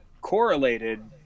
correlated